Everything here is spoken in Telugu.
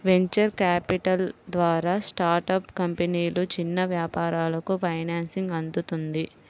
వెంచర్ క్యాపిటల్ ద్వారా స్టార్టప్ కంపెనీలు, చిన్న వ్యాపారాలకు ఫైనాన్సింగ్ అందుతుంది